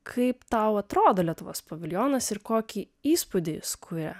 kaip tau atrodo lietuvos paviljonas ir kokį įspūdį jis kuria